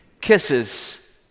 kisses